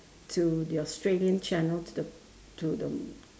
to the australian channel to the to the